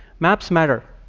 maps matter.